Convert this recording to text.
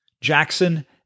Jackson